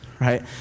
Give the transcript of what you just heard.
right